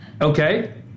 Okay